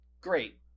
Great